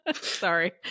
Sorry